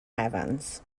evans